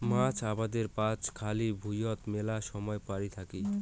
মাছ আবাদের পাচত খালি ভুঁইয়ত মেলা সমায় পরি থাকি